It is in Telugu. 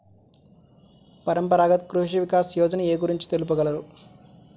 పరంపరాగత్ కృషి వికాస్ యోజన ఏ గురించి తెలుపగలరు?